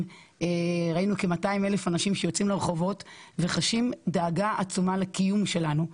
וראינו כ-200 אלף אנשים שיוצאים לרחוב וחשים דאגה עצומה לקיום שלנו.